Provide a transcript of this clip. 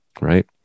Right